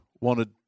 wanted